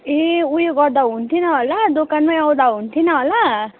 ए उयो गर्दा हुने थिएन होला दोकानमै आउँदा हुने थिएन होला